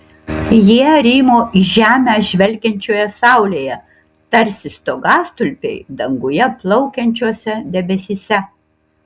jie rymo į žemę žvelgiančioje saulėje tarsi stogastulpiai danguje plaukiančiuose debesyse